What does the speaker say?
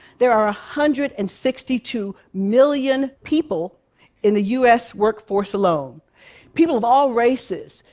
there are ah hundred and sixty two million people in the us workforce alone people of all races,